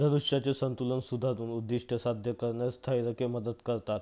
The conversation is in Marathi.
धनुष्याचे संतुलन सुधारून उद्दिष्ट साध्य करण्यास स्थैर्यके मदत करतात